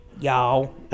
Y'all